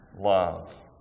love